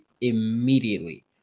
immediately